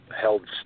held